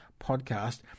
podcast